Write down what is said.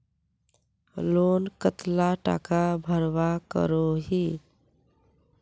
Loan कतला टाका भरवा करोही?